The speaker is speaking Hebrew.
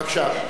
בבקשה,